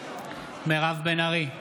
מירב בן ארי,